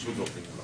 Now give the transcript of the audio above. וקולו לא נשמע,